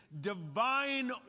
divine